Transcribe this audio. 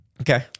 Okay